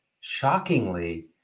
shockingly